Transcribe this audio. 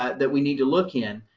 that we need to look in.